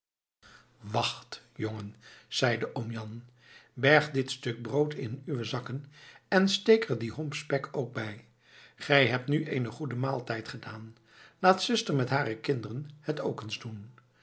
wacht jongen zeide oom jan berg dit stuk brood in uwe zakken en steek er die homp spek ook bij gij hebt nu eenen goeden maaltijd gedaan laat zuster met hare kinderen het ook eens doen